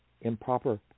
improper